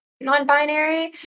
non-binary